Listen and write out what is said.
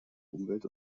umwelt